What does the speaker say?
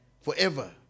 forever